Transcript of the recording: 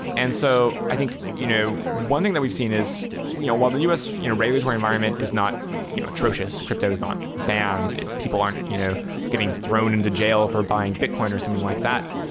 and so i think you know one thing that we've seen is you know while the us you know regulatory environment is not atrocious, crypto is not banned. people aren't you know getting thrown into jail for buying bitcoin or something like that.